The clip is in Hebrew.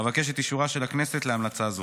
אבקש את אישורה של הכנסת להמלצה זו.